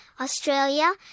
Australia